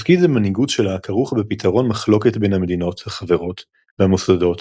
תפקיד המנהיגות שלה כרוך בפתרון מחלוקות בין המדינות החברות והמוסדות,